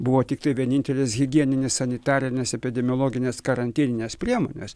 buvo tiktai vienintelės higieninės sanitarinės epidemiologinės karantininės priemonės